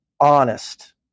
honest